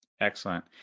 Excellent